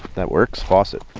that works, faucet.